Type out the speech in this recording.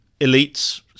elites